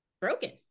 broken